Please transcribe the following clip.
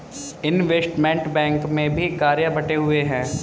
investment bank में भी कार्य बंटे हुए हैं